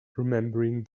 remembering